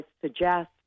suggest